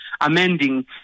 amending